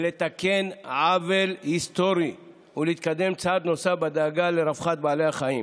לתקן עוול היסטורי ולהתקדם צעד נוסף בדאגה לרווחת בעלי החיים.